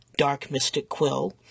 darkmysticquill